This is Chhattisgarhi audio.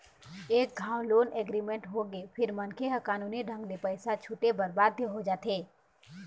एक घांव लोन एग्रीमेंट होगे फेर मनखे ह कानूनी ढंग ले पइसा छूटे बर बाध्य हो जाथे